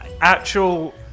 actual